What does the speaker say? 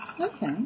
Okay